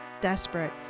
desperate